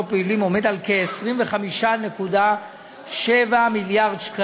פעילים עומד על כ-25.7 מיליארד ש"ח,